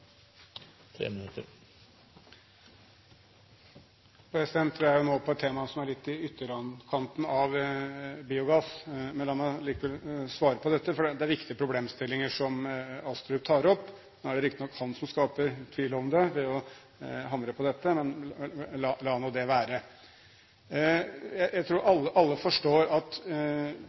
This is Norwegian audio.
jo nå over på et tema som er litt i ytterkanten av biogass. Men la meg likevel svare på dette, for det er viktige problemstillinger som Astrup tar opp. Nå er det riktignok han som skaper tvil om det ved å hamre på dette, men la nå det være. Jeg tror alle forstår at